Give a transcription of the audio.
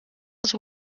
els